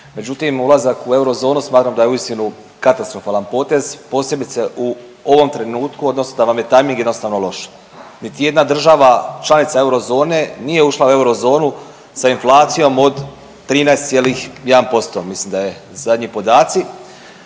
Međutim ulazak u eurozonu smatram da je uistinu katastrofalan potez, posebice u ovom trenutku odnosno da vam je tajming jednostavno loš. Niti jedna država članica eurozone nije ušla u eurozonu sa inflacijom od 13,1%, mislim da je zadnji podaci